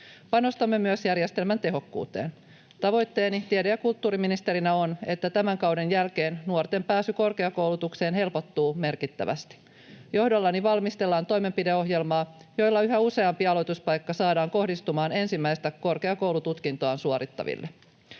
Panostamme myös järjestelmän tehokkuuteen. Tavoitteeni tiede- ja kulttuuriministerinä on, että tämän kauden jälkeen nuorten pääsy korkeakoulutukseen helpottuu merkittävästi. Johdollani valmistellaan toimenpideohjelmaa, jolla yhä useampi aloituspaikka saadaan kohdistumaan ensimmäistä korkeakoulututkintoaan suorittaville.